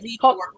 Hold